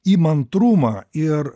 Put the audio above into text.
įmantrumą ir